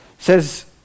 says